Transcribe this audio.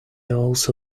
also